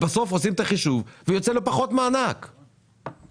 בסוף עושים את החישוב ויוצא לו מענק קטן יותר.